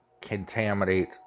contaminate